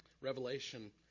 Revelation